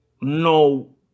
No